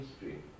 history